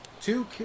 Two